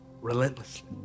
relentlessly